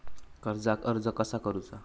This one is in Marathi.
कर्जाक अर्ज कसा करुचा?